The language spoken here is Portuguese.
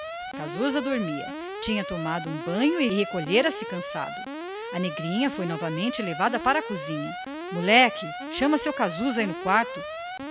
casusa dormia tinha tomado um banho e recolhera-se cansado a pequena foi novamente levada para a cozinha moleque chama seu casusa aí no quarto